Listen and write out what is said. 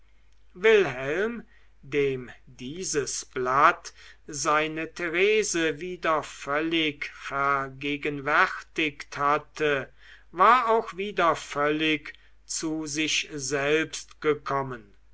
wilhelm dem dieses blatt seine therese wieder völlig vergegenwärtigt hatte war auch wieder völlig zu sich selbst gekommen